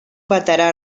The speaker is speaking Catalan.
veterà